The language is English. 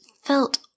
felt